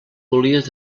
volies